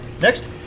next